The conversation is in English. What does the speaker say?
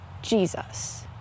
Jesus